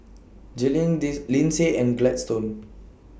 Jalynn did Linsey and Gladstone